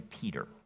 Peter